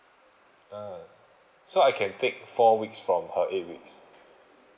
uh so I can take four weeks from her eight weeks